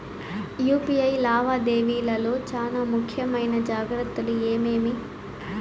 UPI లావాదేవీల లో చానా ముఖ్యమైన జాగ్రత్తలు ఏమేమి?